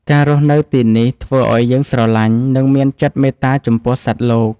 ការរស់នៅទីនេះធ្វើឱ្យយើងស្រឡាញ់ និងមានចិត្តមេត្តាចំពោះសត្វលោក។